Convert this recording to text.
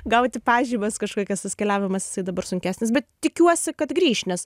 gauti pažymas kažkokias tas keliavimas jisai dabar sunkesnis bet tikiuosi kad grįš nes